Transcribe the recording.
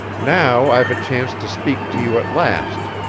now i've a chance to speak to you at last,